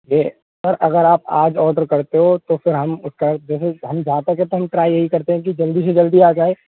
ये सर अगर आप आज ऑर्डर करते हो तो फिर हम उसका जैसे हम जहाँ तक है ट्राइ करते हैं कि जल्दी से जल्दी आ जाए